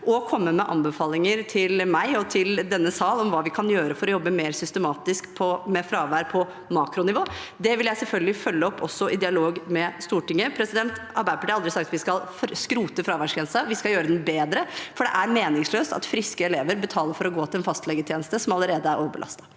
og å komme med anbefalinger til meg og til denne sal om hva vi kan gjøre for å jobbe mer systematisk med fravær på makronivå. Det vil jeg selvfølgelig følge opp, også i dialog med Stortinget. Arbeiderpartiet har aldri sagt vi skal skrote fraværsgrensen, vi skal gjøre den bedre, for det er meningsløst at friske elever betaler for å gå til en fastlegetjeneste som allerede er overbelastet.